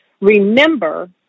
Remember